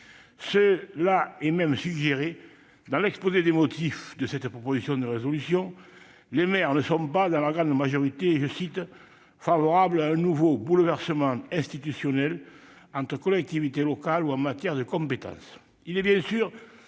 Cela est même suggéré dans l'exposé des motifs de cette proposition de résolution, qui indique que, dans leur grande majorité, les maires ne sont pas « favorables à un nouveau bouleversement institutionnel entre collectivités locales ou en matière de compétences ».